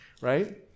right